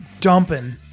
Dumping